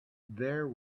there